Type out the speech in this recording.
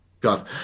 God